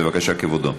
בבקשה, כבודו.